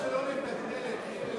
למה שלא נתגמל את אלה שמשרתים,